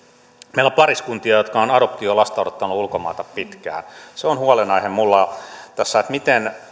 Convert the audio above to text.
meillä pariskuntia jotka ovat adoptiolasta odottaneet ulkomailta pitkään niin se on huolenaihe minulla tässä miten